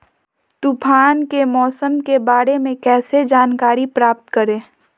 तूफान के मौसम के बारे में कैसे जानकारी प्राप्त करें?